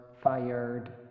fired